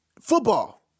Football